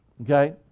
okay